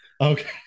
Okay